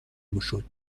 گشود